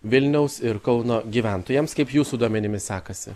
vilniaus ir kauno gyventojams kaip jūsų duomenimis sekasi